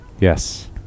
Yes